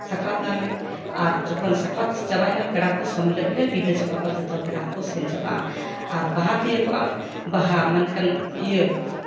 ᱥᱟᱠᱨᱟᱛ ᱮᱱᱟᱞᱮ ᱟᱨ ᱡᱚᱠᱷᱚᱱ ᱥᱟᱠᱨᱟᱛ ᱪᱟᱵᱟᱭᱮᱱᱟ ᱯᱮᱲᱟ ᱠᱚ ᱥᱚᱢ ᱦᱤᱞᱳᱜ ᱜᱮᱞᱮ ᱵᱤᱫᱟᱹᱭ ᱪᱟᱵᱟ ᱠᱚᱣᱟ ᱡᱚᱛᱚ ᱯᱮᱲᱟ ᱠᱚᱠᱚ ᱥᱮᱱ ᱪᱟᱵᱟᱜᱼᱟ ᱟᱨ ᱵᱟᱦᱟ ᱛᱤᱭᱳᱜᱚᱜᱼᱟ ᱵᱟᱦᱟ ᱢᱮᱱᱠᱷᱟᱱ ᱤᱭᱟᱹ